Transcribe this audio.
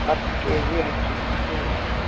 ಹತ್ತು ಕೆಜಿ ಅಕ್ಕಿ ಹ್ಞೂ